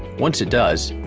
once it does,